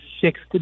sixth